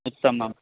उत्तमम्